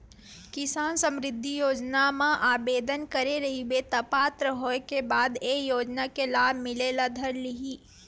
किसान समरिद्धि योजना म आबेदन करे रहिबे त पात्र होए के बाद ए योजना के लाभ मिले ल धर लिही